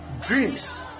dreams